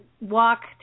walk